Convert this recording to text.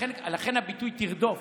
לכן הביטוי "תרדוף".